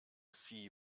phi